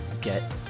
get